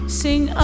sing